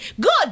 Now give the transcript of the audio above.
Good